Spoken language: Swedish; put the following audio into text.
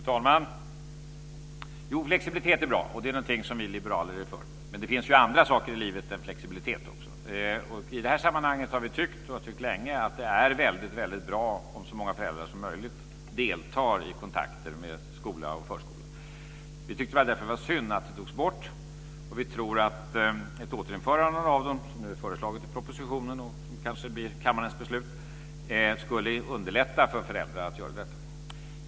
Fru talman! Jo, flexibilitet är bra, och det är någonting som vi liberaler är för. Men det finns ju andra saker i livet än flexibilitet. I det här sammanhanget har vi länge tyckt att det är väldigt bra om så många föräldrar som möjligt deltar i kontakter med skola och förskola. Vi tyckte därför att det var synd då de togs bort. Vi tror att ett återinförande av dem, som nu föreslås i propositionen och som kanske blir kammarens beslut, skulle underlätta för föräldrarna att ha denna kontakt.